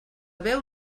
beu